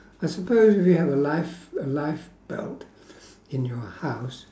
I suppose if you have a life~ a life belt in your house